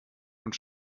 und